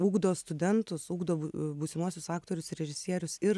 ugdo studentus ugdo būsimuosius aktorius ir režisierius ir